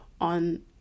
on